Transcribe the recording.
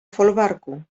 folwarku